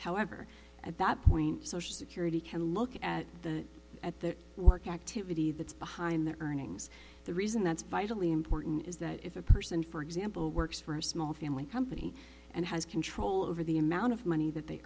however at that point social security can look at the at the activity that's behind the earnings the reason that's vitally important is that if a person for example works for a small family company and has control over the amount of money that they